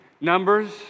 numbers